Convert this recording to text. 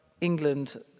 England